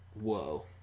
whoa